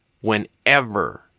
whenever